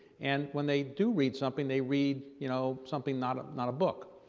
and when they do read something, they read, you know, something not ah not a book.